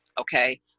okay